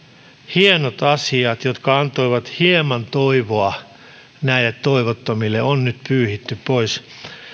hienot asiat jotka antoivat hieman toivoa näille toivottomille on nyt pyyhitty pois